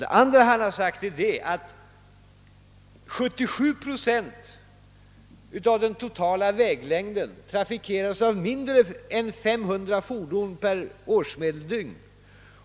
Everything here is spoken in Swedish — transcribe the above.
Det andra han sagt är att 77 procent av den totala väglängden trafikeras av mindre än 500 fordon per årsmedeldygn.